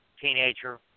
teenager